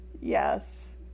Yes